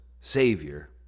Savior